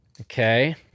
okay